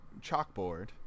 chalkboard